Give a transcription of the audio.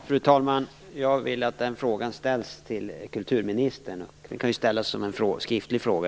Fru talman! Jag vill att den frågan ställs till kulturministern. Den kan ju ställas som en skriftlig fråga.